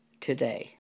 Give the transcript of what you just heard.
today